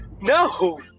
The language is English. No